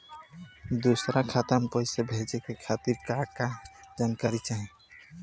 दूसर खाता में पईसा भेजे के खातिर का का जानकारी चाहि?